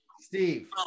Steve